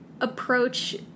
approach